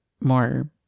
more